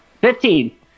Fifteen